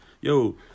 yo